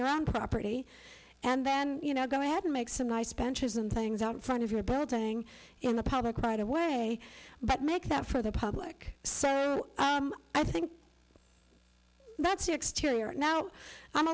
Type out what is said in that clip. your own property and then you know go ahead and make some nice benches and things out in front of your building in the public right away but make that for the public so i think that's the exterior now i'm